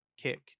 Kick